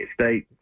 State